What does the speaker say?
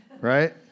right